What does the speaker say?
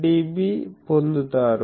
93dB పొందుతారు